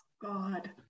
God